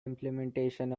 implementation